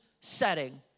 setting